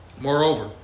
Moreover